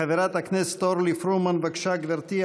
חברת הכנסת אורלי פרומן, בבקשה, גברתי.